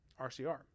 RCR